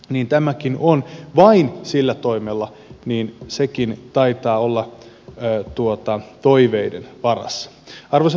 niin tämäkin on aikaiseksi kohtuuhintaisia asuntoja niin sekin taitaa olla toiveiden varassa